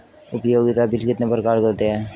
उपयोगिता बिल कितने प्रकार के होते हैं?